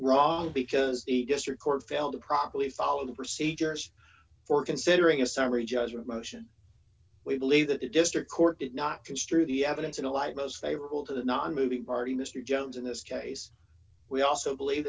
wrong because it just your court failed to properly follow the procedures for considering a summary judgment motion we believe that the district court did not construe the evidence in a light most favorable to the not moving party mr jones in this case we also believe